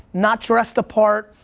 not dressed the part,